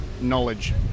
knowledge